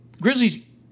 Grizzlies